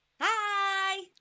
Hi